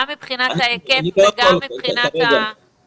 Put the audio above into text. גם מבחינת ההיקף וגם מבחינת ה- --?